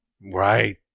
right